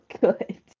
good